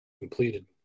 Completed